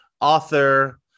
Author